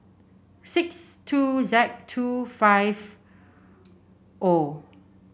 six two Z two five O